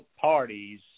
parties